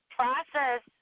process